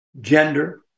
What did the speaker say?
gender